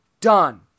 done